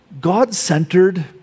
God-centered